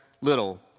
little